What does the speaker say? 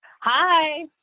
hi